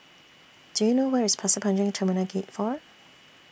Do YOU know Where IS Pasir Panjang Terminal Gate four